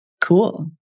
cool